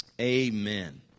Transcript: Amen